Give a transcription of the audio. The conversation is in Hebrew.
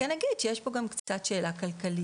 אני כן אגיד שיש פה גם קצת שאלה כלכלית,